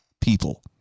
people